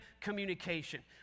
communication